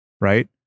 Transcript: right